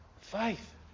faith